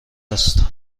است